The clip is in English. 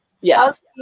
Yes